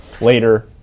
later